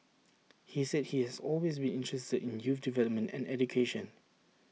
he said he has always been interested in youth development and education